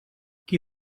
qui